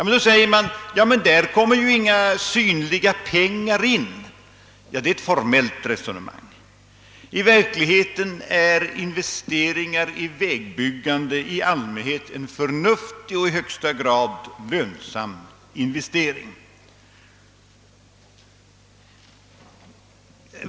Man säger att det här inte kommer in några synliga pengar. Det är ett formellt resonemang. I verkligheten är investeringar i vägbyggande i allmänhet förnuftiga och i högsta grad lönsamma.